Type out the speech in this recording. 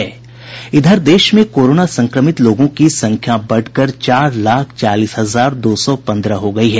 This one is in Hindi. देश में कोरोना संक्रमित लोगों की संख्या बढ़कर चार लाख चालीस हजार दो सौ पन्द्रह हो गई है